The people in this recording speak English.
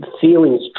feelings